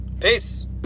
Peace